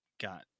got